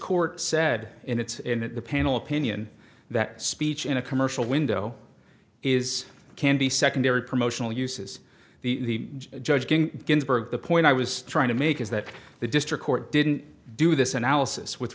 court said in its in the panel opinion that speech in a commercial window is can be secondary promotional uses the judging ginsburg the point i was trying to make is that the district court didn't do this analysis with